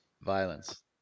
Violence